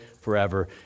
forever